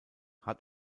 hat